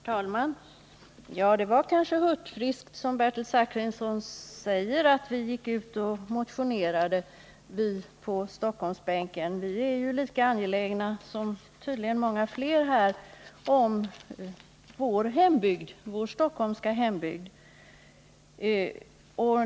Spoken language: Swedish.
Herr talman! Det var kanske hurtfriskt, som Bertil Zachrisson sade, att vi på Stockholmsbänken gick ut och motionerade. Vi är ju lika angelägna om vår stockholmska hembygd som tydligen många andra här i kammaren är om sin.